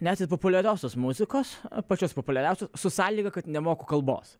net ir populiariosios muzikos pačios populiariausios su sąlyga kad nemoku kalbos